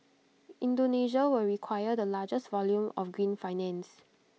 Indonesia will require the largest volume of green finance